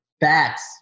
Bats